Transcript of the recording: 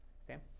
Sam